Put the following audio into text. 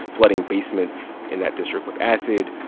flooding basements in that district with acid,